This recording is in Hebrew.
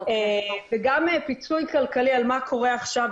גם פיצוי כלכלי על מה קורה עכשיו,